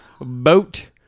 boat